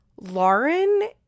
Lauren